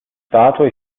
statua